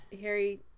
Harry